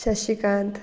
Shashikant